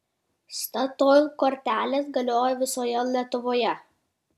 statoil kortelės galioja visoje lietuvoje